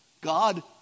God